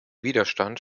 widerstand